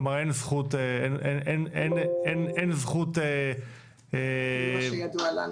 כלומר אין זכות --- ממה שידוע לנו.